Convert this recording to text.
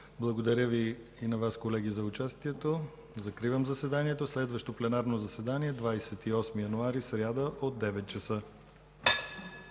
Благодаря и на Вас, колеги, за участието. Закривам заседанието. Следващото пленарно заседание е на 28 януари 2015 г., сряда,